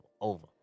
over